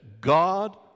God